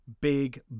big